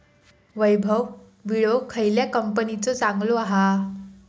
वैभव विळो खयल्या कंपनीचो चांगलो हा?